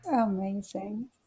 Amazing